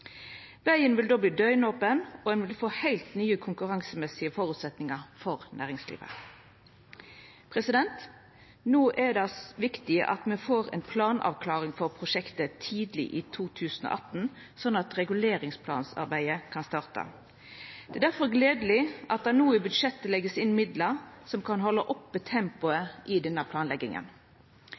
Vegen vil då verta døgnopen, og ein vil få heilt nye konkurransemessige føresetnader for næringslivet. No er det viktig at me får ei planavklaring på prosjektet tidleg i 2018, slik at reguleringsplanarbeidet kan starta. Det er difor gledeleg at det i budsjettet no vert lagt inn midlar som kan halda oppe tempoet i denne planlegginga.